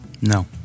No